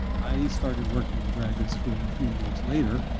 i started working in the graduate school a few years later.